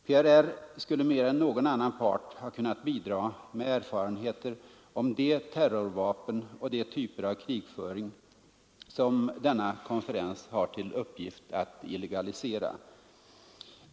PRR skulle mer än någon annan part ha kunnat bidra med erfarenheter om de terrorvapen och de typer av krigföring som denna konferens har till uppgift att illegalisera.